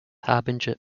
harbinger